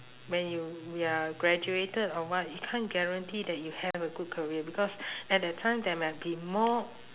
when you you're graduated or what you can't guarantee that you have a good career because at the time there might be more